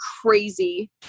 crazy